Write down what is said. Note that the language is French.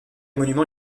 monuments